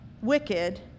wicked